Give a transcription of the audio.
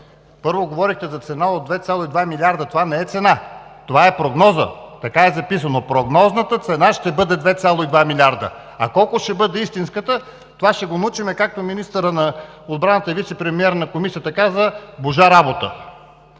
Първо, говорихте за цена от 2,2 милиарда. Това не е цена, това е прогноза, така е записано: „Прогнозната цена ще бъде 2,2 милиарда.“ А колко ще бъде истинската, това ще го научим, както министърът на отбраната и вицепремиер каза в Комисията: „божа работа“.